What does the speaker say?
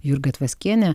jurga tvaskienė